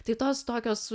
tai tos tokios